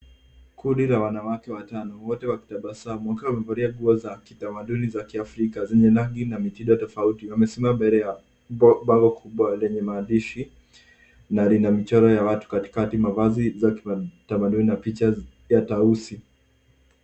Kundi la wanawake watano, wote wakitabasamu wakiwa wamevalia nguo za kitamaduni za kiafrika zenye rangi na mitindo tofauti. Wamesimama mbele ya bango kubwa lenye maandishi, na lina michoro ya watu katikati, mavazi za tamaduni, na picha ya tausi.